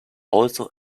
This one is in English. also